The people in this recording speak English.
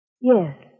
Yes